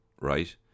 right